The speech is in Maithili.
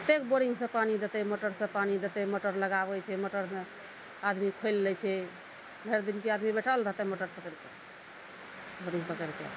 कतेक बोरिंग सऽ पानि देतै मोटर सऽ पानि देतै मोटर लगाबै छै मोटरमे आदमी खोइल लै छै भरि दिन कीआदमी बैठल रहतै मोटर पकैड़के बोरिंग पकैड़के